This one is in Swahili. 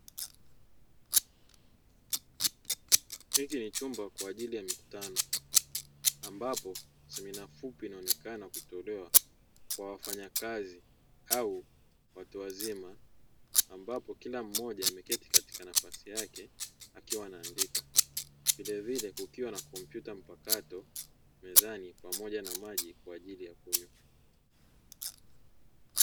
Hiki ni chumba kwa ajili ya mkutano ambapo semina fupi inaonekana kutolewa kwa wafanyakazi au watu wazima, ambapo kila mmoja ameketi katika nafasi yake akiwa anaandika vilevile kukiwa na kompyuta mpakato mezani pamoja na maji kwa ajili ya kunywa.